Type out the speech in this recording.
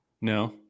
No